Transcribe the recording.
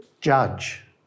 judge